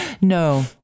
No